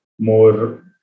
more